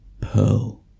Pearl